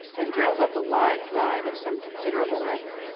and drove up a wide drive of some considerable length,